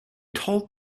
told